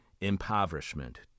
impoverishment